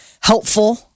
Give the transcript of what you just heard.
helpful